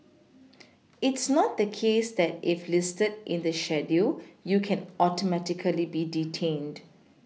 it's not the case that if listed in the schedule you can Automatically be detained